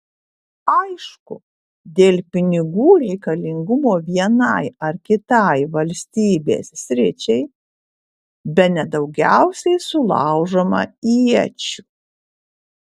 aišku dėl pinigų reikalingumo vienai ar kitai valstybės sričiai bene daugiausiai sulaužoma iečių